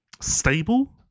stable